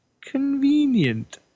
Convenient